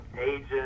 Agent